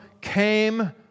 came